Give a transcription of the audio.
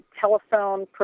telephone